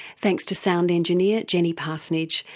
thanks to sound engineer jenny parsonage.